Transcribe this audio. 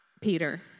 Peter